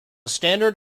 standard